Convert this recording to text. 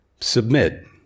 submit